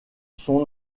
son